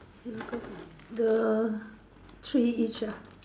the three each ah